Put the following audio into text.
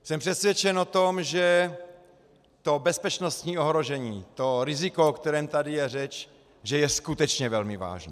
Jsem přesvědčen o tom, že to bezpečnostní ohrožení, to riziko, o kterém tady je řeč, je skutečně velmi vážné.